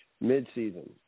mid-season